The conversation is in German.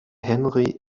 henri